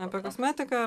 apie kosmetiką